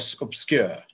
obscure